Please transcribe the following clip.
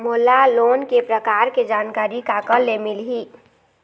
मोला लोन के प्रकार के जानकारी काकर ले मिल ही?